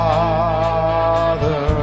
Father